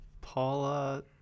paula